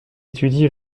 étudie